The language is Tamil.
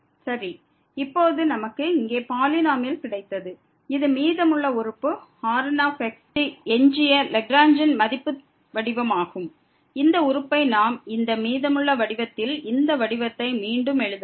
சரி இப்போது நமக்கு இங்கே பாலினோமியல் கிடைத்தது இது மீதமுள்ள உறுப்பு Rn இது எஞ்சியலாக்ரேஞ்ச் ன் மீதி வடிவமாகும் இந்த உறுப்பை நாம் இந்த மீதமுள்ள வடிவத்தில் இந்த வடிவத்தை மீண்டும் எழுதலாம்